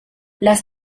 las